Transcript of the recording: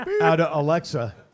Alexa